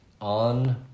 on